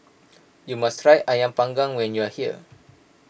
you must try Ayam Panggang when you are here